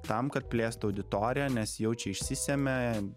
tam kad plėstų auditoriją nes jaučia išsisemia